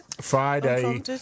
Friday